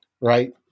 right